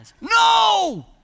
No